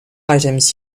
items